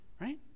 Right